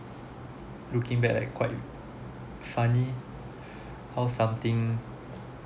looking like quite funny how something